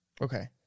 Okay